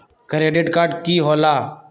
Credit card की होला?